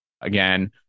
Again